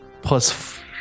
Plus